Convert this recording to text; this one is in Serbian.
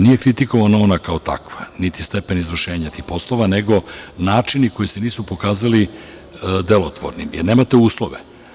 Nije kritikovana ona kao takva, niti stepen izvršenja tih poslova, nego načini koji se nisu pokazali delotvornim, jer nemate uslove.